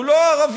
הוא לא ערבי,